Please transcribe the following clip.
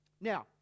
Now